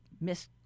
Miss